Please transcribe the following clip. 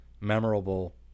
memorable